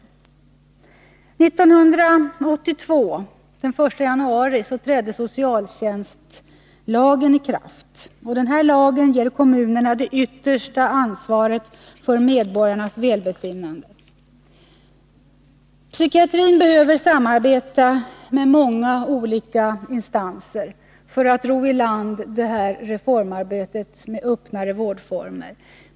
Den 1 januari 1982 trädde socialtjänstlagen i kraft. Den ger kommunerna det yttersta ansvaret för medborgarnas välbefinnande. Psykiatrin behöver samarbeta med många olika instanser för att rö i land reformarbetet med öppnare vårdformer.